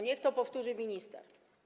Niech to powtórzy minister.